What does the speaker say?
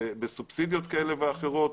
בסובסידיות כאלה ואחרות,